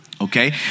okay